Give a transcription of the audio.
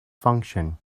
function